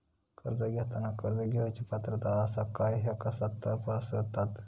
कर्ज घेताना कर्ज घेवची पात्रता आसा काय ह्या कसा तपासतात?